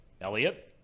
Elliot